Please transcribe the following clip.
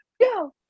go